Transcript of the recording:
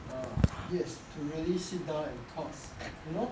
err yes to really sit down and talk you know